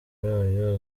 yayo